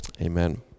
Amen